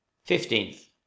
Fifteenth